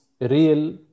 Real